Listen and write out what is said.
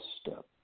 step